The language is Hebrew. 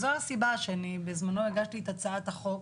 זו הסיבה, שבזמנו אני הגשתי את הצעת החוק.